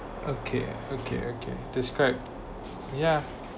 okay okay okay describe yeah